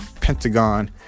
Pentagon